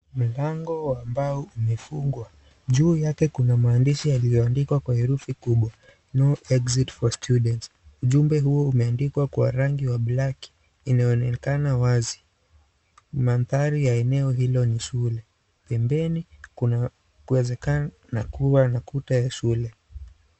Mlango ambao umefungwa. Juu yake kuna maandishi yalioandikwa kwa herufi kubwa, NO EXIT FOR STUDENTS . Ujumbe huo umeandikwa kwa rangi wa black inayoonekana wazi. Mandhari ya eneo hilo ni shule. Pemebeni kuna uwezekano wa kuwa na kuta la shule